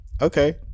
okay